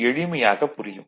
எனிமையாகப் புரியும்